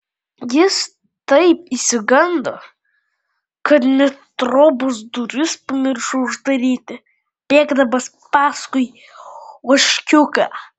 jis taip išsigando kad net trobos duris pamiršo uždaryti bėgdamas paskui ožkiuką